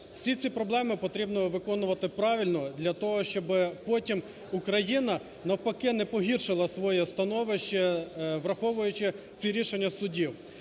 всі ці проблеми потрібно виконувати правильно для того, щоб потім Україна навпаки не погіршила своє становище, враховуючи ці рішення судів.